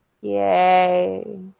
yay